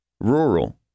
rural